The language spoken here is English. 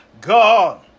God